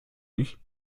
nicht